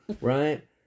right